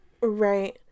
Right